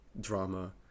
drama